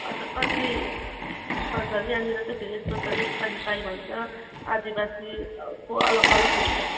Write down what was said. अन्त कति हजुर यहाँनिर चाहिँ फेरि यस्तो छ नेपाली पाई भन्छ आदिबासीको अलग अलग हुन्छ